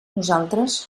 nosaltres